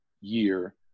year